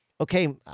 okay